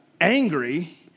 angry